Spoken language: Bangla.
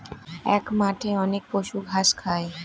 এক মাঠে অনেক পশু ঘাস খায়